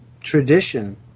tradition